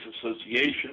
Association